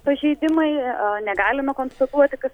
pažeidimai negalime konstatuoti kad